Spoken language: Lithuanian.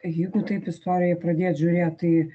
jeigu taip istorijoj pradėt žiūrėt tai